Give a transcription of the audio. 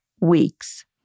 weeks